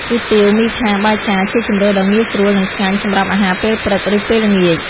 គុយទាវ មីឆា បាយឆា ជាជម្រើសដ៏ងាយស្រួល និងឆ្ងាញ់សម្រាប់អាហារពេលព្រឹក ឬពេលល្ងាច ។